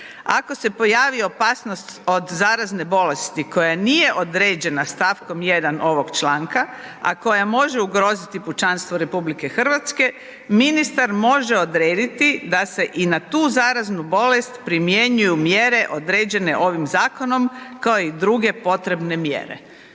„Ako se pojavi opasnost od zarazne bolesti koja nije određena st. 1. ovog članka, a koja može ugroziti pučanstvo RH ministar može odrediti da se i na tu zaraznu bolest primjenjuju mjere određene ovim zakonom kao i druge potrebne mjere“,